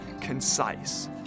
concise